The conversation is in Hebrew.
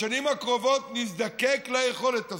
בשנים הקרובות נזדקק ליכולת הזאת,